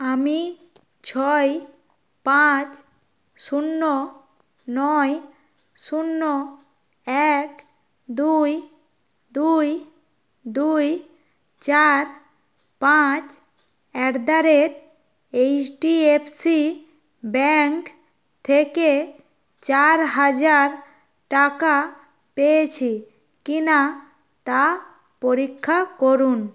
আমি ছয় পাঁচ শূন্য নয় শূন্য এক দুই দুই দুই চার পাঁচ at the rate H D F C bank থেকে চার হাজার টাকা পেয়েছি কি না তা পরীক্ষা করুন